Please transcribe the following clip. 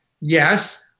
Yes